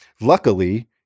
luckily